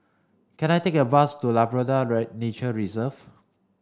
can I take a bus to Labrador Nature Reserve